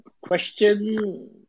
question